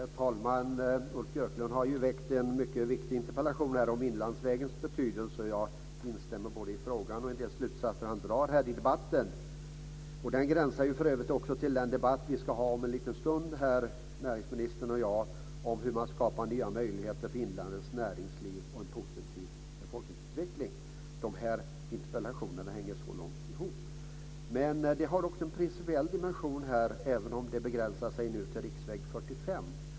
Herr talman! Ulf Björklund har väckt en mycket viktig interpellation om Inlandsvägens betydelse. Jag instämmer både i frågan och i de slutsatser han drar här i debatten. Det gränsar för övrigt också till den debatt vi ska ha om en liten stund här näringsministern och jag om hur man skapar nya möjligheter för inlandets näringsliv och en positiv befolkningsutveckling. Dessa interpellationer hänger så långt ihop. Frågan har också en principiell dimension, även om det nu begränsar sig till riksväg 45.